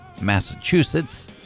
Massachusetts